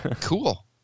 Cool